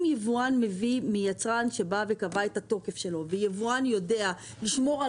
אם יבואן מביא מיצרן שקבע את התוקף והוא יודע לשמור על